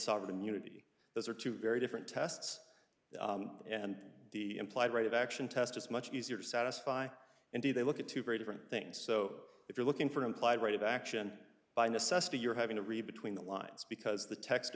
sovereign immunity those are two very different tests and the implied right of action test is much easier to satisfy and do they look at two very different things so if you're looking for an implied right of action by necessity you're having to read between the lines because the text